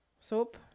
soap